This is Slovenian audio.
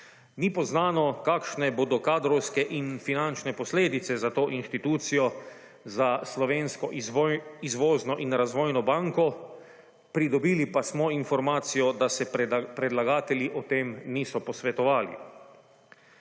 Ni poznano kakšne bodo kadrovske in finančne posledice za to institucijo, za slovensko izvozno in razvojno banko, pridobili pa smo informacijo, da se predlagatelji o tem niso posvetovali.